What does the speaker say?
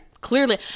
clearly